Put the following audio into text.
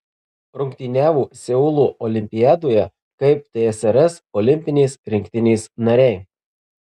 rungtyniavo seulo olimpiadoje kaip tsrs olimpinės rinktinės nariai